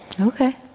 Okay